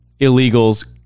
illegals